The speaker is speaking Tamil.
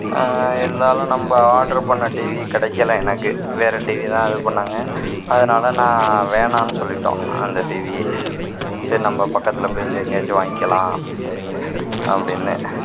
இருந்தாலும் நம்ம ஆர்டர் பண்ணடிவி கிடைக்கல எனக்கு வேறே டிவி தான் இது பண்ணாங்க அதனால் நான் வேணான்னு சொல்லிட்டோம் அந்த டிவியை சரி நம்ம பக்கத்தில் போய் இங்கே எங்கேயாச்சும் வாங்கிக்கலாம் அப்படின்னு